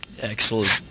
Excellent